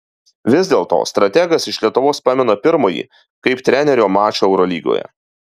vis dėlto strategas iš lietuvos pamena pirmąjį kaip trenerio mačą eurolygoje